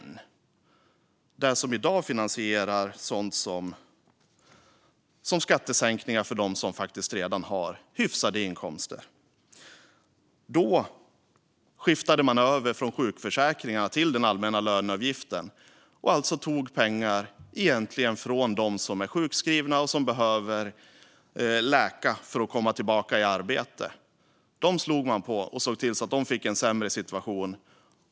Det är pengar som i dag finansierar sådant som skattesänkningar för dem som faktiskt redan har hyfsade inkomster. Då skiftade man över från sjukförsäkringarna till den allmänna löneavgiften. Man tog alltså egentligen pengar från dem som var sjukskrivna och behövde läka sig för att komma tillbaka i arbete. Man slog på dem och såg till att de fick en sämre situation.